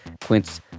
Quince